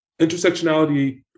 intersectionality